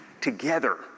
together